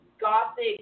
gothic